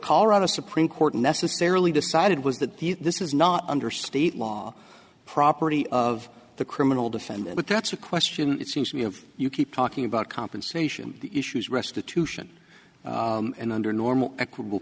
colorado supreme court necessarily decided was that the this is not under state law property of the criminal defendant but that's a question it seems to me of you keep talking about compensation issues restitution and under normal equitable